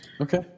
Okay